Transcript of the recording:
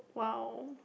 !wow!